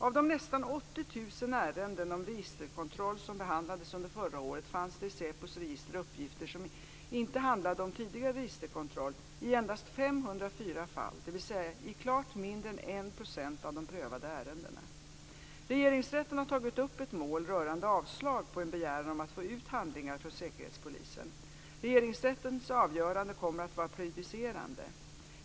Av de nästan 80 000 ärenden om registerkontroll som behandlades under förra året fanns det i SÄPO:s register uppgifter som inte handlade om tidigare registerkontroll i endast Regeringsrätten har tagit upp ett mål rörande avslag på en begäran om att få ut handlingar från Säkerhetspolisen. Regeringsrättens avgörande kommer att vara prejudicerande.